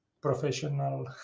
professional